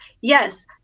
Yes